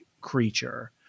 creature